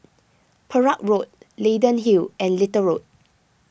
Perak Road Leyden Hill and Little Road